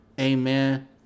Amen